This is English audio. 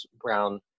Brown